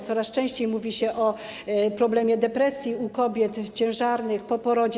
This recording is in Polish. Coraz częściej mówi się o problemie depresji u kobiet ciężarnych, po porodzie.